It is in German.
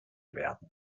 werden